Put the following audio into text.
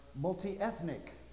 multi-ethnic